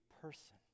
person